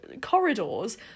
corridors